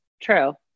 True